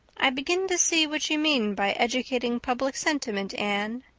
i begin to see what you mean by educating public sentiment, anne.